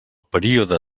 període